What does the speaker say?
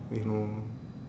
no